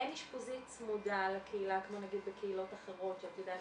אין אשפוזית צמודה לקהילה כמו נגיד בקהילות אחרות שאת יודעת